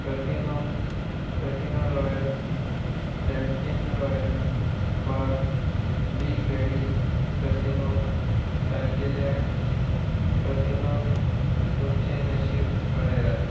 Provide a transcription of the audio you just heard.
casino casino royal टॅल्टीन royal वा big daddy casino सारकेल्या कसिनोंत तुमचे नशीब पळयात